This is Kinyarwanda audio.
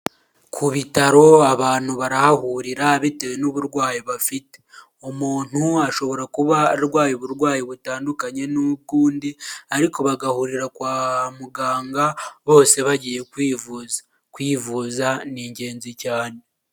Ku bitaro abantu barahahurira bitewe n'uburwayi bafite, umuntu ashobora kuba arwaye uburwayi butandukanye n'ubw'undi ariko bagahurira kwa muganga bose bagiyevuza kwivuza ni ingenzi cyane.